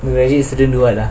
isn't it